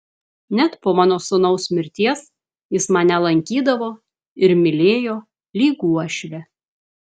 net po mano sūnaus mirties jis mane lankydavo ir mylėjo lyg uošvę